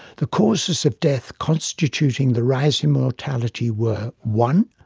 the causes of death constituting the rise in mortality were one,